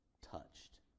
touched